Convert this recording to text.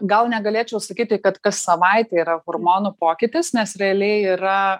gal negalėčiau sakyti kad kas savaitę yra hormonų pokytis nes realiai yra